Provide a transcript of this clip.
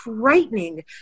frightening